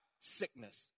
sickness